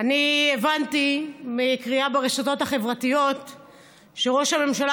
אני הבנתי מקריאה ברשתות החברתיות שראש הממשלה